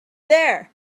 there